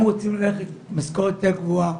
הם רצו משכורת יותר גבוהה,